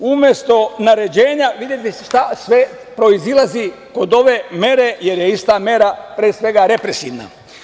Umesto naređenja, vidite šta sve proizilazi kod ove mere, jer je ista mera, pre svega, represivna.